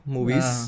Movies